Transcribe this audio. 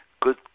Good